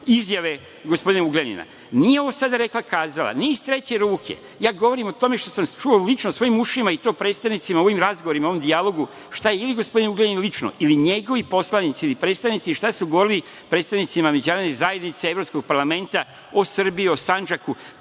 izjave gospodina Ugljanina. Nije ovo sada rekla-kazala, nije iz treće ruke, ja govorim o tome što sam čuo lično svojim ušima, i to predstavnicima u ovim razgovorima, u ovom dijalogu šta je ili gospodin Ugljanin lično ili njegovi poslanici ili predstavnici šta su govorili predstavnicima međunarodne zajednice, Evropskog parlamenta o Srbiji, o Sandžaku,